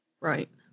Right